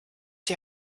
die